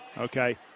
okay